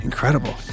Incredible